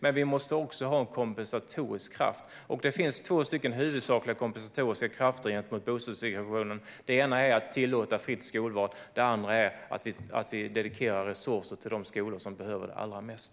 Men vi måste också ha en kompensatorisk kraft. Det finns två huvudsakliga kompensatoriska krafter gentemot bostadssegregationen. Den ena är att tillåta fritt skolval, den andra är att vi avsätter resurser till de skolor som behöver dem allra mest.